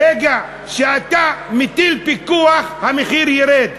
ברגע שאתה מטיל פיקוח, המחיר ירד.